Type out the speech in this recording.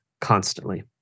constantly